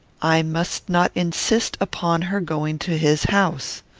i must not insist upon her going to his house.